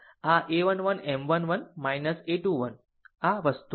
આમ આ a 1 1 M 1 1 a 21 આ વસ્તુ છે